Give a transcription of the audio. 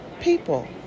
people